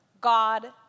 God